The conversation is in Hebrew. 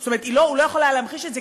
הוא לא יכול היה להמחיש את זה,